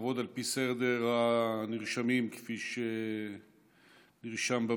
ולאחר מכן נעבוד על פי סדר הנרשמים כפי שנרשם במזכירות.